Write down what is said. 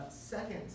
Second